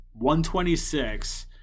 126